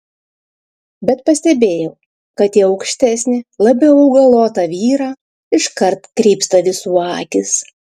bet pastebėjau kad į aukštesnį labiau augalotą vyrą iškart krypsta visų akys